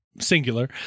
singular